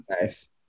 nice